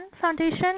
Foundation